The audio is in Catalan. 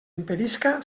impedisca